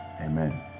Amen